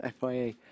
FIA